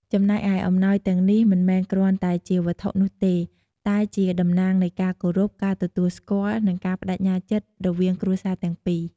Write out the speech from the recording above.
ចំណែកឯ អំណោយទាំងនេះមិនមែនគ្រាន់តែជាវត្ថុនោះទេ តែជាតំណាងនៃការគោរព ការទទួលស្គាល់ និងការប្ដេជ្ញាចិត្តរវាងគ្រួសារទាំងពីរ។